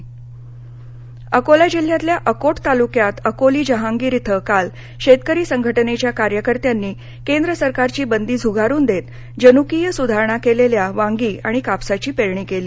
BT Akola जिल्ह्यातल्या अकोट तालुक्यात अकोली जहांगीर इथं काल शेतकरी संघटनेच्या कार्यकर्त्यांनी केंद्र सरकारची बंदी झुगारून देत जनुकीय सुधारणा केलेल्या वांगी आणि कापसाची पेरणी केली